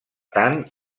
tant